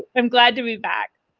i'm glad to be back.